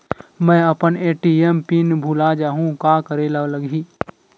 मैं अपन ATM PIN भुला जहु का करे ला लगही?